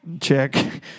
Check